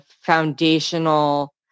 foundational